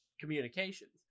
communications